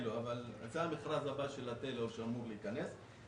אבל זה המכרז הבא של הטלאון שאמור להיכנס.